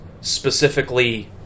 specifically